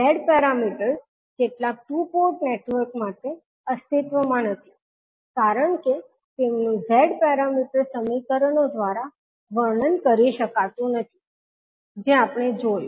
Z parameters કેટલાક two port networks માટે અસ્તિત્વમાં નથી કારણ કે તેમનુ Z પેરામીટર્સ સમીકરણો દ્વારા વર્ણન કરી શકાતું નથી જે આપણે જોયું